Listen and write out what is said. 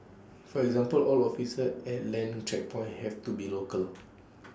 for example all officers at land checkpoints have to be local